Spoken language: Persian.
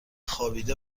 خوابیده